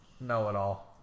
know-it-all